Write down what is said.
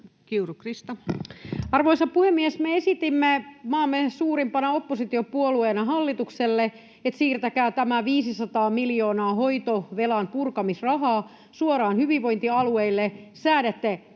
Kiuru, Krista. Arvoisa puhemies! Me esitimme maamme suurimpana oppositiopuolueena hallitukselle, että siirtäkää tämä 500 miljoonaa hoitovelan purkamisrahaa suoraan hyvinvointialueille, säädätte